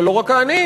אבל לא רק העניים,